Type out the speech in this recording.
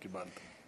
קיבלת.